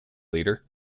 leader